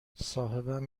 صاحبم